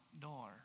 door